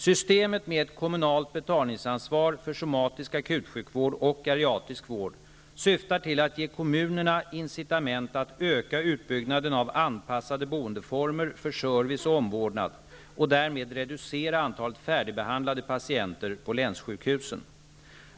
Systemet med ett kommunalt betalningsansvar för somatisk akutsjukvård och geriatrisk vård syftar till att ge kommunerna incitament att öka utbyggnaden av anpassade boendeformer för service och omvårdnad och därmed reducera antalet färdigbehandlade patienter på länssjukhusen.